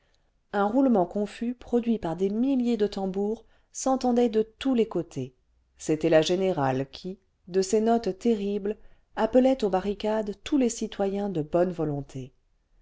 un roulement confus produit par des milliers de tambours s'entendait de tous les côtés c'était la générale qui de ses notes terribles appelait aux barricades tous les citoyens de bonne volonté